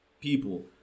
people